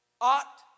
ought